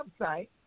website